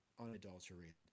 unadulterated